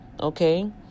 okay